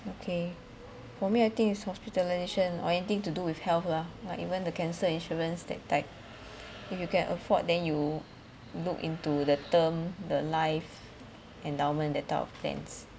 okay for me I think is hospitalisation or anything to do with health lah like even the cancer insurance that type if you can afford then you look into the term the life endowment that type of plans